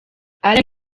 alain